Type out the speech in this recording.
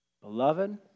Beloved